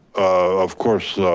of course,